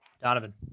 Donovan